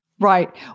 Right